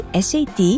SAT